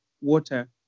water